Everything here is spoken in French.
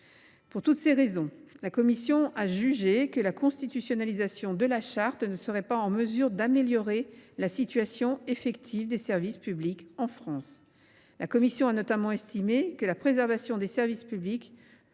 de ces raisons, la commission a jugé que la constitutionnalisation de cette charte ne serait pas en mesure d’améliorer la situation effective des services publics en France. Elle a notamment estimé que la préservation de ces derniers